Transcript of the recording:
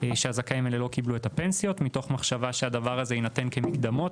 שהזכאים לא קיבלו את הפנסיות מתוך מחשבה שהדבר הזה יינתן כמקדמות,